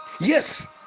yes